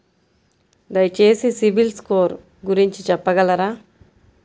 దయచేసి సిబిల్ స్కోర్ గురించి చెప్పగలరా?